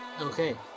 Okay